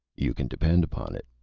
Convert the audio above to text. you can depend upon it.